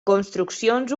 construccions